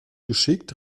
geschickt